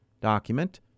document